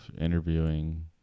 interviewing